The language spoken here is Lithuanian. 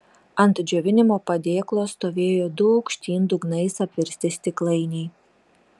ant džiovinimo padėklo stovėjo du aukštyn dugnais apversti stiklainiai